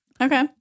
Okay